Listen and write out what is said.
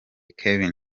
kevin